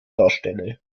darstelle